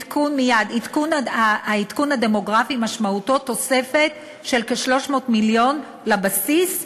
העדכון הדמוגרפי משמעותו תוספת של כ-300 מיליון לבסיס לקופות.